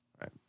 Right